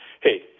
hey